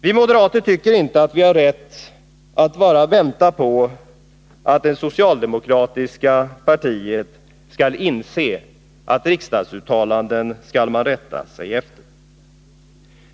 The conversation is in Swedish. Vi moderater tycker inte att vi har rätt att bara vänta på att det socialdemokratiska partiet skall inse att man skall rätta sig efter riksdagsuttalanden.